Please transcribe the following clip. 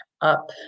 up